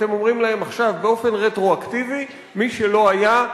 אתם אומרים להם עכשיו באופן רטרואקטיבי: מי שלא היה,